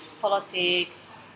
politics